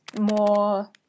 more